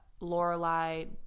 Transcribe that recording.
Lorelai